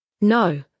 No